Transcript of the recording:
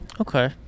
Okay